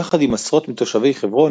יחד עם עשרות מתושבי חברון,